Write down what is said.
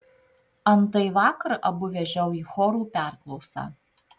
antai vakar abu vežiau į chorų perklausą